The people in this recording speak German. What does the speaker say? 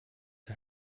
der